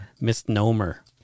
Misnomer